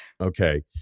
Okay